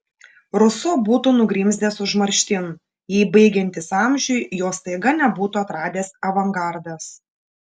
ruso būtų nugrimzdęs užmarštin jei baigiantis amžiui jo staiga nebūtų atradęs avangardas